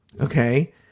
okay